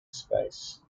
space